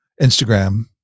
Instagram